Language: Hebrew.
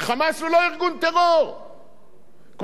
כמו שהם אמרו, מה אתם מדברים אתנו על סנקציות,